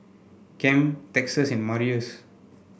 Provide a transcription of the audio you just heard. Ken Texas and Marius